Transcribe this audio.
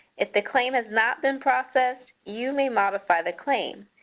if the claim has not been processed, you may modify the claim.